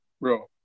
Bro